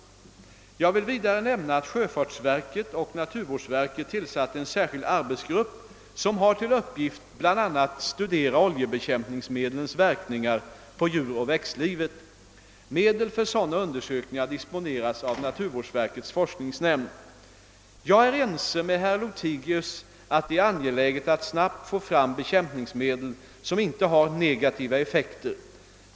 Jag vill vidare nämna att sjöfartsverket och naturvårdsverket tillsatt en särskild arbetsgrupp som har till uppgift att bl.a. studera oljebekämpningsmedlens verkningar på djuroch växtlivet. Medel! för sådana undersökningar disponeras av naturvårdsverkets forskningsnämnd. Jag är ense med herr Lothigius att det är angeläget att snabbt få fram bekämpningsmedel som inte har negativa effekter.